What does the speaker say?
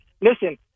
Listen